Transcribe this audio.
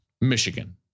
Michigan